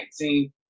2019